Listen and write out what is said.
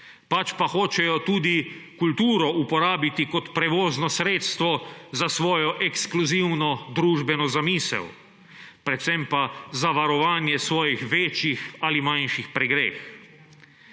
pač pa hočejo tudi kulturo uporabiti kot prevozno sredstvo za svojo ekskluzivno družbeno zamisel, predvsem pa zavarovanje svojih večjih ali manjših pregreh.